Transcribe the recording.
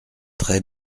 très